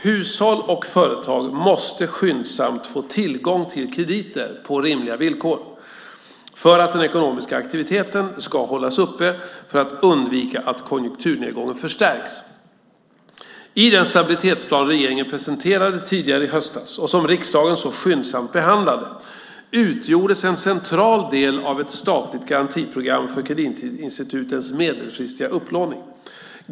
Hushåll och företag måste skyndsamt få tillgång till krediter på rimliga villkor för att den ekonomiska aktiviteten ska hållas uppe och för att undvika att konjunkturnedgången förstärks. I den stabilitetsplan som regeringen presenterade tidigare i höstas, och som riksdagen så skyndsamt behandlade, utgjordes en central del av ett statligt garantiprogram för kreditinstitutens medelfristiga upplåning.